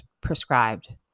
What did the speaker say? prescribed